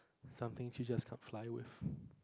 some things you just can't fly with